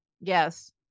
Yes